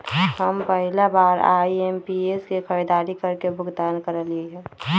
हम पहिला बार आई.एम.पी.एस से खरीदारी करके भुगतान करलिअई ह